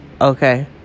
Okay